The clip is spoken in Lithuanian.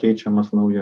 keičiamas nauju